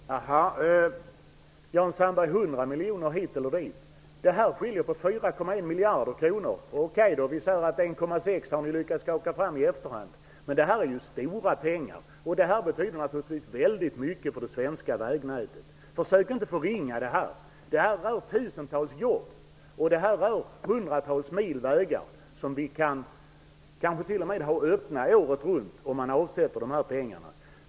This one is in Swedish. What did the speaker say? Herr talman! Jan Sandberg talade om 100 miljoner hit eller dit. Det skiljer på 4,1 miljarder kronor varav ni har lyckats skaka fram 1,6 miljarder kronor i efterhand. Men detta är ju stora pengar som naturligtvis betyder väldigt mycket för det svenska vägnätet. Försök inte att förringa detta! Det berör tusentals jobb och hundratals mil vägar, vägar som kanske t.o.m. kan hållas öppna året runt om man avsätter dessa pengar.